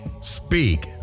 speak